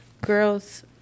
girls